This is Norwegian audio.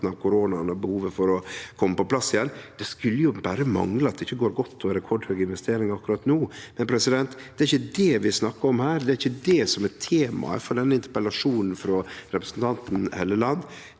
av koronaen og behovet for å kome på plass igjen. Det skulle berre mangle at det ikkje går godt og er rekordhøge investeringar akkurat no, men det er ikkje det vi snakkar om her, det er ikkje det som er temaet for denne interpellasjonen frå representanten Hofstad